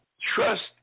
trust